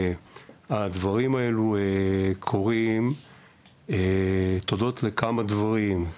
הדברים האלו קורים תודות לכמה דברים,